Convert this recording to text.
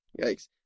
Yikes